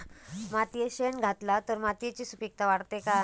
मातयेत शेण घातला तर मातयेची सुपीकता वाढते काय?